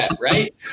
right